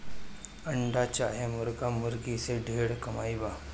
अंडा चाहे मुर्गा मुर्गी से ढेर कमाई बा